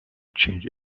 change